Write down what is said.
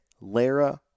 Lara